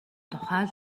тухай